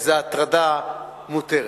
זו הטרדה מותרת,